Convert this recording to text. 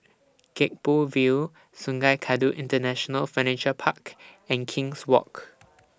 Gek Poh Ville Sungei Kadut International Furniture Park and King's Walk